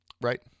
right